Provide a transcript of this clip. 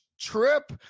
trip